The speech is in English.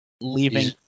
leaving